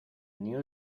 new